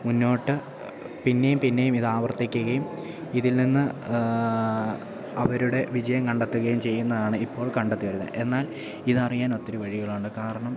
മുന്നോട്ട് പിന്നെയും പിന്നെയും ഇത് ആവർത്തിക്കുകയും ഇതിൽനിന്ന് അവരുടെ വിജയം കണ്ടെത്തുകയും ചെയ്യുന്നതാണ് ഇപ്പോൾ കണ്ടെത്തിവരുന്നത് എന്നാൽ ഇതറിയാൻ ഒത്തിരി വഴികളുണ്ട് കാരണം